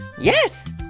Yes